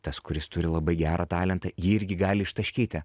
tas kuris turi labai gerą talentą jį irgi gali ištaškyti